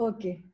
Okay